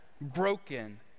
broken